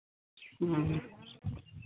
ᱦᱮᱸ